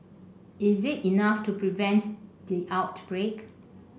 is it enough to prevent the outbreak